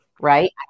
right